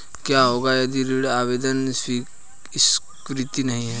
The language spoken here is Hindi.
क्या होगा यदि ऋण आवेदन स्वीकृत नहीं है?